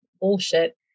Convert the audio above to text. bullshit